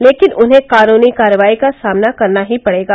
लेकिन उन्हें कानूनी कार्रवाई का सामना करना ही पड़ेगा